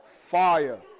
Fire